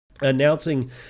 announcing